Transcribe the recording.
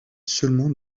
seulement